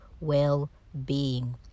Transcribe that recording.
well-being